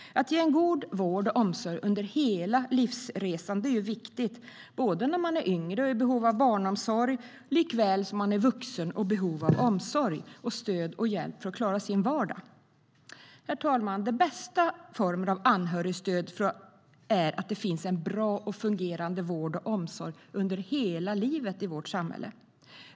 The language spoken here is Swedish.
Att ge en god vård och omsorg under hela livsresan är viktigt såväl när man är yngre och är i behov av barnomsorg som när man är vuxen och är i behov av omsorg, stöd och hjälp för att klara sin vardag. Herr talman! Den bästa formen av anhörigstöd är att det finns en bra och fungerande vård och omsorg under hela livet i vårt samhälle.